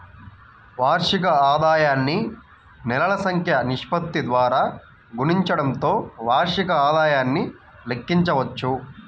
వార్షిక ఆదాయాన్ని నెలల సంఖ్య నిష్పత్తి ద్వారా గుణించడంతో వార్షిక ఆదాయాన్ని లెక్కించవచ్చు